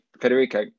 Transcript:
Federico